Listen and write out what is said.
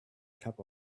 cup